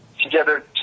together